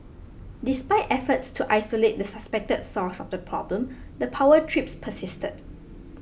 despite efforts to isolate the suspected source of the problem the power trips persisted